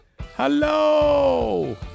Hello